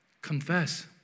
confess